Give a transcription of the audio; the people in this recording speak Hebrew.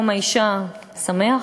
יום האישה, שמח?